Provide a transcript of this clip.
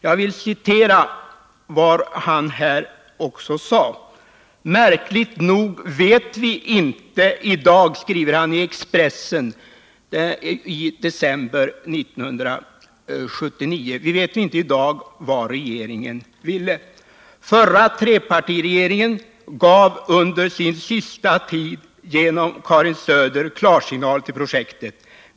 Jag vill citera vad han skrev i Expressen i december 1979: ”Märkligt nog vet vi inte det i dag” — alltså vad regeringen ville. ”Förra trepartiregeringen gav under sin sista tid genom Karin Söder klarsignal till projektet.